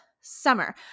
summer